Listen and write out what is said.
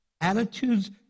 Attitudes